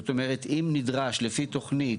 זאת אומרת אם נדרש לפי תוכנית,